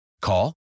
Call